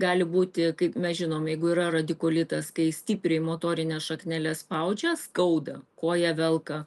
gali būti kaip mes žinom jeigu yra radikulitas kai stipriai motorines šakneles spaudžia skauda koją velka